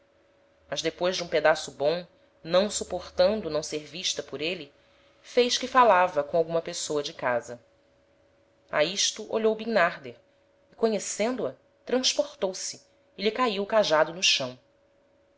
mas depois de um pedaço bom não suportando não ser vista por êle fez que falava com alguma pessoa de casa a isto olhou bimnarder e conhecendo a transportou se e lhe caiu o cajado no chão